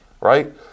right